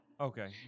Okay